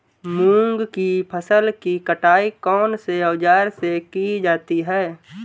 मूंग की फसल की कटाई कौनसे औज़ार से की जाती है?